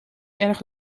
erg